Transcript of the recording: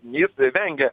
jis vengia